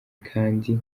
kandi